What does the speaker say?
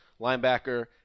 linebacker